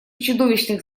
чудовищных